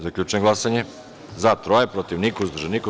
Zaključujem glasanje: za – tri, protiv – niko, uzdržanih – nema.